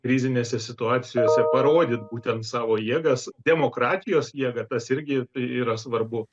krizinėse situacijose parodyt būtent savo jėgas demokratijos jėga tas irgi yra svarbu